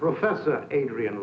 professor adrian